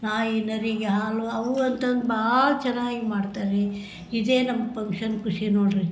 ನಾಯಿ ನರಿಗೆ ಹಾಲು ಅವು ಅಂತಂದು ಭಾಳ ಚೆನ್ನಾಗಿ ಮಾಡ್ತಾರೆ ರೀ ಇದೇ ನಮ್ಮ ಪಂಕ್ಷನ್ ಖುಷಿ ನೋಡಿರಿ